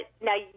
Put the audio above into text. now